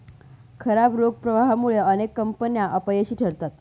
खराब रोख प्रवाहामुळे अनेक कंपन्या अपयशी ठरतात